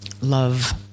Love